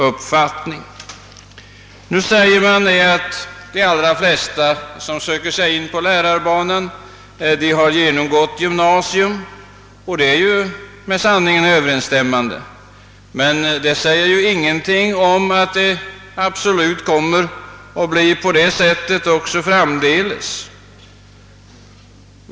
Man påpekar att de allra flesta som söker sig in på lärarbanan har genomgått gymnasium. Ja, det är med sanningen överensstämmande, men det är inte säkert att det kommer att bli så även framdeles.